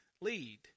lead